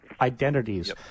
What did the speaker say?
identities